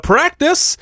Practice